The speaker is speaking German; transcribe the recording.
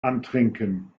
antrinken